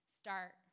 start